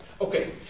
Okay